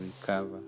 recover